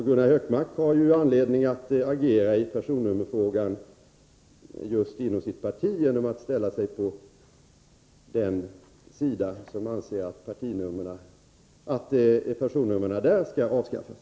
Gunnar Hökmark har möjlighet att agera i personnummerfrågan just inom sitt parti, genom att ställa sig på den sida som anser att personnumren där skall avskaffas.